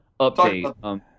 update